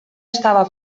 estava